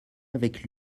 avec